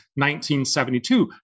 1972